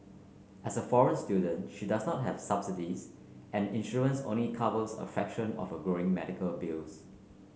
as a foreign student she does not have subsidies and insurance only covers a fraction of her growing medical bills